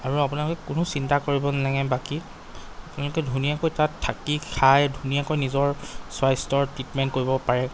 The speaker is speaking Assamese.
আৰু আপোনালোক কোনো চিন্তা কৰিব নেলাগে বাকী আপোনালোকে ধুনীয়াকৈ তাত থাকি খাই ধুনীয়াকৈ নিজৰ স্বাস্থ্যৰ ট্ৰিটমেণ্ট কৰিব পাৰে